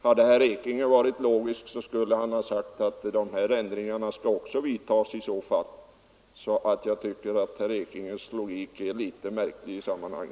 Hade herr Ekinge varit logisk, skulle han ha sagt att även dessa ändringar skall vidtas innan bestämmelserna träder i kraft. Herr Ekinges logik i sammanhanget är märklig.